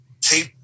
tape